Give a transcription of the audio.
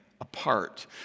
apart